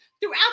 throughout